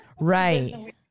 right